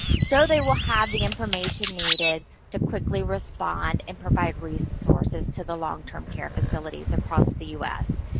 so, they will have the information needed to quickly respond and provide resources to the long-term care facilities across the u s.